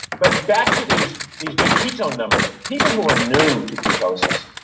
but back to these these big ketone numbers people who are new to ketosis,